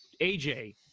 AJ